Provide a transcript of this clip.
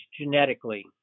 genetically